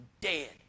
dead